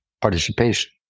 participation